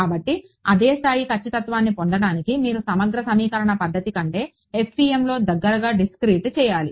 కాబట్టి అదే స్థాయి ఖచ్చితత్వాన్ని పొందడానికి మీరు సమగ్ర సమీకరణ పద్ధతి కంటే FEMలో దగ్గరగా డిస్క్రెటీజ్ చేయాలి